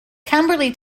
camberley